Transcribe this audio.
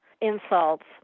insults